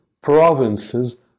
provinces